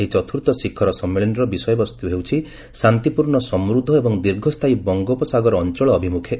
ସେ ଚତ୍ର୍ଥ ଶିଖର ସମ୍ମିଳନୀର ବିଷୟବସ୍ତୁ ହେଉଛି ଶାନ୍ତିପୂର୍ଣ୍ଣ ସମୃଦ୍ଧ ଏବଂ ଦୀର୍ଘସ୍ଥାୟୀ ବଙ୍ଗୋପସାଗର ଅଞ୍ଚଳ ଅଭିମୁଖେ